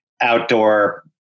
outdoor